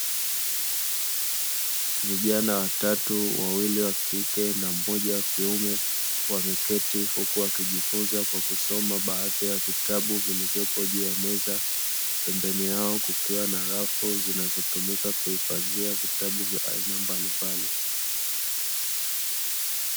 Vijana watatu wawili wa kike na mmoja wa kiume wameketi huku wakijifunza kwa kusoma baadhi ya vitabu vilivyopo juu ya meza, pembeni yao kukiwa na rafu zinazotumika kuhifadhia vitabu vya aina mbalimbali.